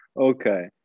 okay